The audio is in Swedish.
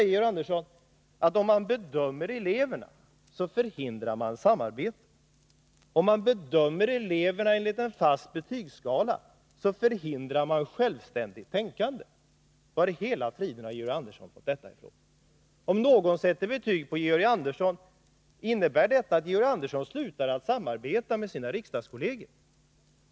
Georg Andersson säger att om man bedömer eleverna förhindrar man samarbetet. Om man bedömer eleverna enligt en fast betygsskala förhindrar man självständigt tänkande. Vari hela friden har Georg Andersson fått det ifrån? Om någon sätter betyg på Georg Andersson, innebär det då att Georg Andersson slutar samarbeta med sina riksdagskolleger?